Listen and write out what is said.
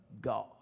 God